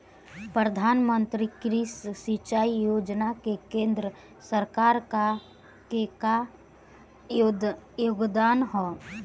प्रधानमंत्री कृषि सिंचाई योजना में केंद्र सरकार क का योगदान ह?